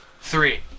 Three